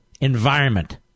environment